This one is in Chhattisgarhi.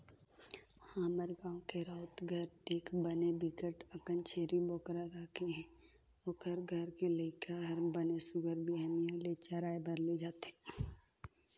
हमर गाँव के राउत घर देख बने बिकट अकन छेरी बोकरा राखे हे, ओखर घर के लइका हर बने सुग्घर बिहनिया ले चराए बर ले जथे